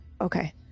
Okay